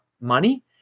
money